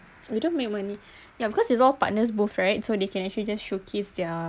we don't make money yeah because it's all partners both right so they can actually just showcase their